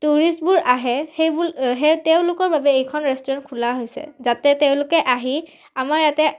টুৰিষ্টবোৰ আহে সেইবোৰ সেই তেওঁলোকৰ বাবে এইখন ৰেষ্টুৰেণ্ট খোলা হৈছে যাতে তেওঁলোকে আহি আমাৰ ইয়াতে